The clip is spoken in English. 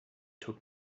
took